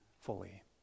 fully